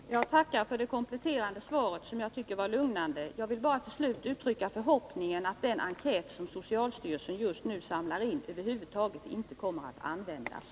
Fru talman! Jag tackar för det kompletterande svaret, som jag tycker var lugnande. Jag vill bara till slut uttrycka förhoppningen att den enkät som socialstyrelsen just nu samlar in över huvud taget inte kommer att användas.